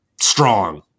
strong